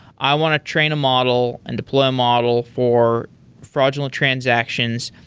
i want to train a model and deploy a model for fraudulent transactions.